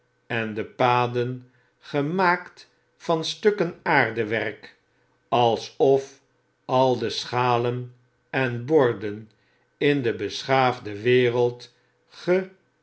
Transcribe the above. en de paden gemaakt van stukken aardewerk alsof al de schalen en borden in de beschaafde wereld